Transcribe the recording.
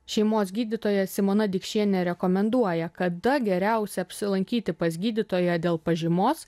šeimos gydytoja simona dikšienė rekomenduoja kada geriausia apsilankyti pas gydytoją dėl pažymos